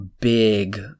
big